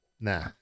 Nah